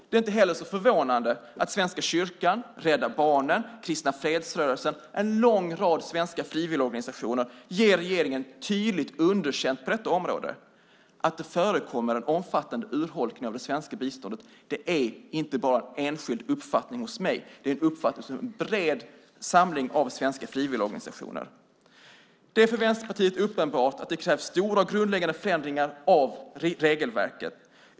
Det är inte heller så förvånande att Svenska Kyrkan, Rädda Barnen, Kristna Fredsrörelsen, en lång rad svenska frivilligorganisationer, ger regeringen tydligt underkänt på detta område. Att det förekommer en omfattande urholkning av det svenska biståndet är inte bara en enskild uppfattning hos mig. Det är uppfattningen hos en bred samling av svenska frivilligorganisationer. Det är för Vänsterpartiet uppenbart att det krävs stora och grundläggande förändringar av regelverket.